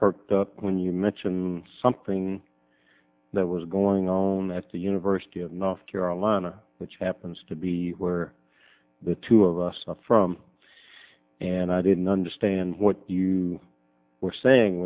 perked up when you mention something that was going on at the university of north carolina which happens to be where the two of us now from and i didn't understand what you were saying